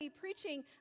preaching